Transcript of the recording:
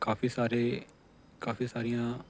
ਕਾਫ਼ੀ ਸਾਰੇ ਕਾਫ਼ੀ ਸਾਰੀਆਂ